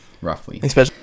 Roughly